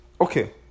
Okay